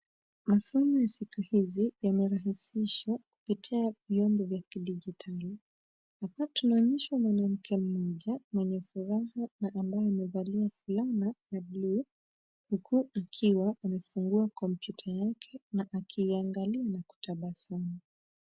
Masomo ya siku hizi yamerahisishwa kupitia vyombo vya kidijitali. Hapa tunaonyeshwa mwanamke mmoja mwenye furaha na ambaye amevalia fulana ya buluu, huku akiwa amefungua kompyuta yake na kuiangalia na kutabasamu.